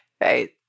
right